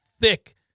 thick